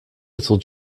little